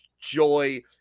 joy